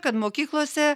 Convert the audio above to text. kad mokyklose